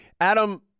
Adam